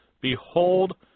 Behold